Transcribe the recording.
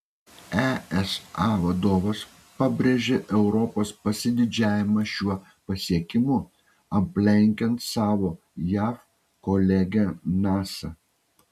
esa vadovas pabrėžė europos pasididžiavimą šiuo pasiekimu aplenkiant savo jav kolegę nasa